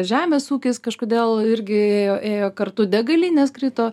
žemės ūkis kažkodėl irgi ėjo ėjo kartu degalinės krito